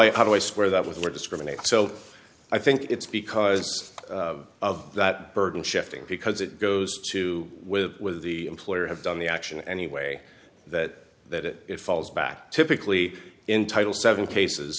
i how do i square that with what discriminate so i think it's because of that burden shifting because it goes to with with the employer have done the action anyway that that it falls back typically in title seven cases